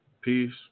Peace